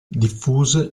diffuse